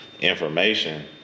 information